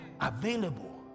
available